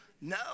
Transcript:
No